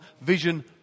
Vision